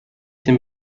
den